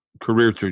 career